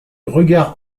regards